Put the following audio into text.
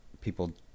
people